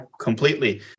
completely